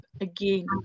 again